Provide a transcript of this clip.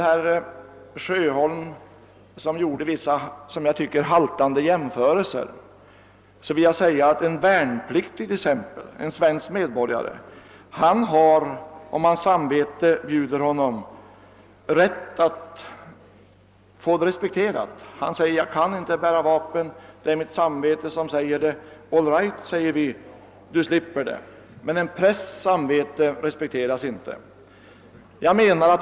Herr Sjöholm gjorde vissa enligt min mening haltande jämförelser. Jag vill påpeka att t.ex. en svensk värnpliktig har rätt att få sitt samvetes bud respekterat. Han säger: »Jag kan inte bära vapen för mitt samvetes skull.» — »All right», svarar vi, »du slipper det.» Men en prästs samvete respekteras inte.